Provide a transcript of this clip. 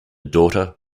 daughter